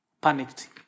panicked